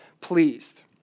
pleased